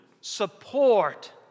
support